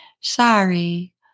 Sorry